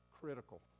critical